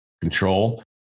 control